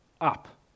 up